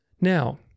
Now